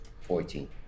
Fourteen